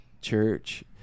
church